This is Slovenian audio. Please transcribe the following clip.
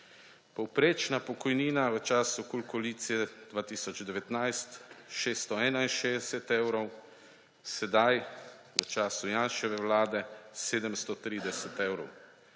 Povprečna pokojnina v času KUL koalicije 2019 661 evrov, sedaj v času Janševe vlade 730 evrov.